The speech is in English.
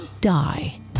die